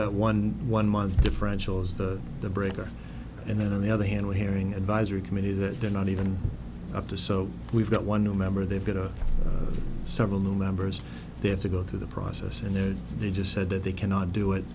that one one month differential is the the breaker and then on the other hand we're hearing advisory committee that they're not even up to so we've got one new member they've got a several new members they have to go through the process and then they just said that they cannot do it